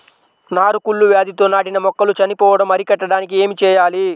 నారు కుళ్ళు వ్యాధితో నాటిన మొక్కలు చనిపోవడం అరికట్టడానికి ఏమి చేయాలి?